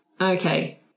okay